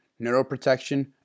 neuroprotection